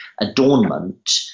adornment